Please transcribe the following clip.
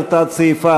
על תת-סעיפיו,